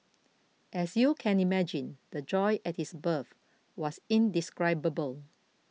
as you can imagine the joy at his birth was indescribable